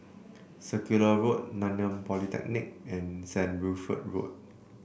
Circular Road Nanyang Polytechnic and St Wilfred Road